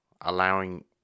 allowing